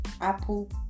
Apple